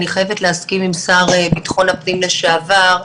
ואני חייבת להסכים עם השר לביטחון פנים לשעבר,